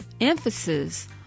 emphasis